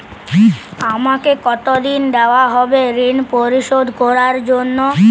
আমাকে কতদিন দেওয়া হবে ৠণ পরিশোধ করার জন্য?